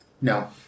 No